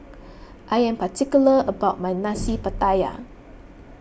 I am particular about my Nasi Pattaya